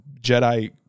Jedi